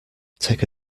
take